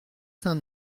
saint